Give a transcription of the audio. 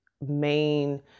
main